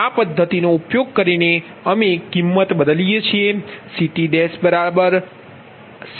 તેથી આ પદ્ધતિનો ઉપયોગ કરીને અમે કિંમત બદલીએ છીએ CTCT λi1mPgi PL